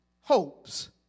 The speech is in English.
hopes